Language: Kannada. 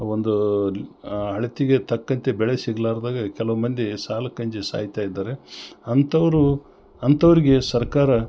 ಒಂದು ಅಳತೆಗೆ ತಕ್ಕಂತೆ ಬೆಳೆ ಸಿಗ್ಲರ್ದಾಗ ಕೆಲವ್ಮಂದಿ ಸಾಲಕ್ಕೆ ಅಂಜಿ ಸಾಯ್ತಾಯಿದ್ದಾರೆ ಅಂಥವ್ರು ಅಂಥವ್ರಿಗೆ ಸರ್ಕಾರ